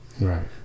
Right